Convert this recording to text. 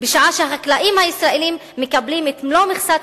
בשעה שהחקלאים הישראלים מקבלים את מלוא מכסת